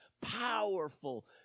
powerful